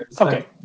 Okay